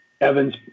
Evans